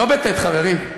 לא בטי"ת, חברים,